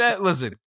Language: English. Listen